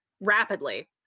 rapidly